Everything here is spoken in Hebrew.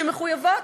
שמחויבות,